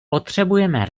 potřebujeme